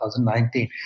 2019